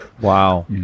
Wow